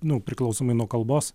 nu priklausomai nuo kalbos